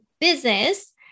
business